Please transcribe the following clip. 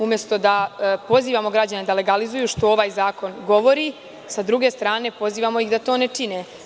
Umesto da pozivamo građane da legalizuju, što ovaj zakon govori, mi ih sa druge strane pozivamo da to ne čine.